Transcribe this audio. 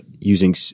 using